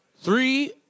three